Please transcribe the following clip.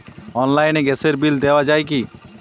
অনলাইনে গ্যাসের বিল দেওয়া যায় কি?